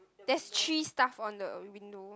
there's three stuff on the window